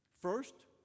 First